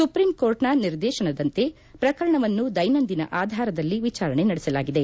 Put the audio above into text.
ಸುಪ್ರೀಂಕೋರ್ಟ್ನ ನಿರ್ದೇಶನದಂತೆ ಪ್ರಕರಣವನ್ನ ದೈನಂದಿನ ಆಧಾರದಲ್ಲಿ ವಿಚಾರಣೆ ನಡೆಸಲಾಗಿದೆ